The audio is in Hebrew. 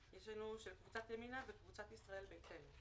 יש הסתייגויות של קבוצת ימינה וקבוצת ישראל ביתנו.